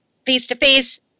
Face-to-face